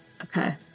Okay